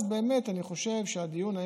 אז באמת אני חושב שהדיון,